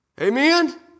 Amen